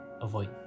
Avoid